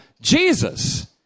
Jesus